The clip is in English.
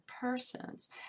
persons